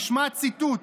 תשמע ציטוט